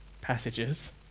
passages